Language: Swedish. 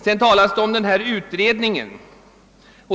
Det talas vidare om utredningen.